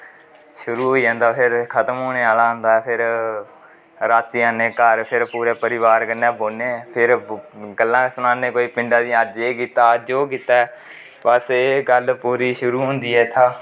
शुरू होई जंदा फिर खत्म होने आहला होंदा फिर रातीं आने घर फिर पूरे परिवार कन्ने बोह्ने फिर गल्लां सनाने कोई पिडें दी अज्ज एह् कीता अज्ज ओह् कीता बस एह् गल्ल पूरी शुरू होंदी ऐ इत्थै दा